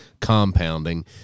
compounding